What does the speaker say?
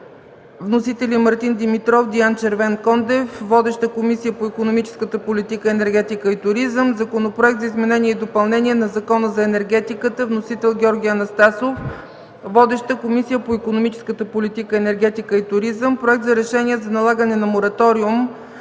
Вносители са Мартин Димитров и Диан Червенкондев. Водеща е Комисията по икономическа политика, енергетика и туризъм. Законопроект за изменение и допълнение на Закона за енергетиката. Вносител – Георги Анастасов. Водеща е Комисията по икономическа политика, енергетика и туризъм. Проект за решение за налагане на мораториум